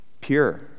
pure